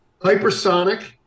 Hypersonic